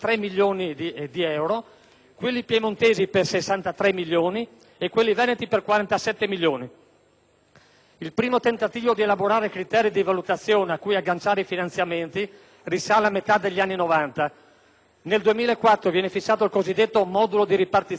quelli piemontesi per 63 milioni, e quelli veneti per 47 milioni. Il primo tentativo di elaborare criteri di valutazione a cui agganciare i finanziamenti risale a metà degli anni Novanta. Nel 2004 viene fissato il cosiddetto modello di ripartizione del fondo per le università,